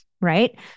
right